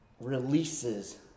Releases